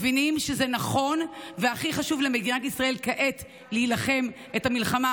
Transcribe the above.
מבינים שזה נכון והכי חשוב למדינת ישראל כעת להילחם את המלחמה